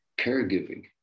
caregiving